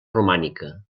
romànica